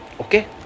Okay